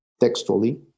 textually